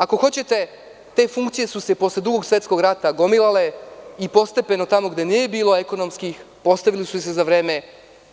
Ako hoćete, te funkcije su se posle Drugog svetskog rata gomilale i postepeno tamo gde nije bilo ekonomskih, postavile su se za vreme